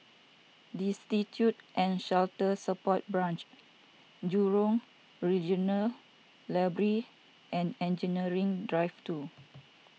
Destitute and Shelter Support Branch Jurong Regional Library and Engineering Drive two